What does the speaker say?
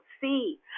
see